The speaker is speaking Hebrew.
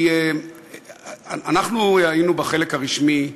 אנחנו היינו בחלק הרשמי.